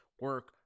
Work